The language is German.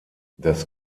das